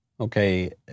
Okay